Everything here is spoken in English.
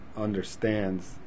understands